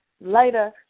Later